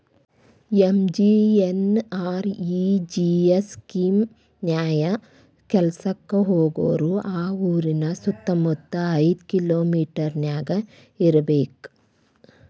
MGNREGS scheme ನ್ಯಾಯ ಕೆಲ್ಸಕ್ಕ ಹೋಗೋರು ಆ ಊರಿನ ಸುತ್ತಮುತ್ತ ಐದ್ ಕಿಲೋಮಿಟರನ್ಯಾಗ ಇರ್ಬೆಕ್